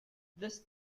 this